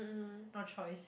no choice